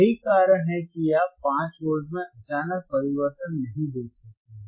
यही कारण है कि आप 5 वोल्ट में अचानक परिवर्तन नहीं देख सकते हैं